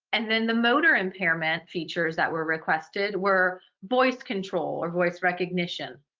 and then the motor impairment features that were requested were voice control or voice recognition,